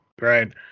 right